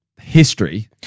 history